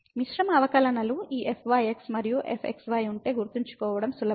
మిశ్రమ అవకలనలు ఈ fyx మరియు fxy ఉంటే గుర్తుంచుకోవడం సులభం